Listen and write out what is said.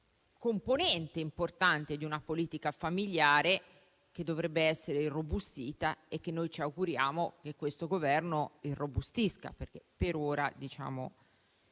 componente importante di una politica familiare, che dovrebbe essere irrobustita e che noi ci auguriamo che questo Governo rafforzi; per ora i